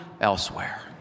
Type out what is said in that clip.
elsewhere